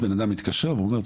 בן אדם מתקשר ואומר,